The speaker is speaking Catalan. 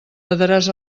badaràs